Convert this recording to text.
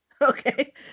okay